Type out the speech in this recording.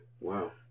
wow